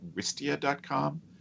wistia.com